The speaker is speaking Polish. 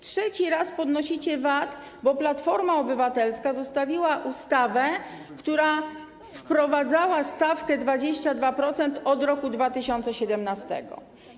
Trzeci raz podnosicie VAT, a Platforma Obywatelska zostawiła ustawę, która wprowadzała stawkę 22% od roku 2017.